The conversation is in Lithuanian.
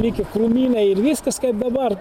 likę krūmynai ir viskas kaip dabar